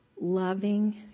loving